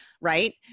Right